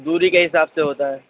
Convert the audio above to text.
دوری کے حساب سے ہوتا ہے